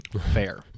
Fair